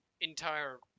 entire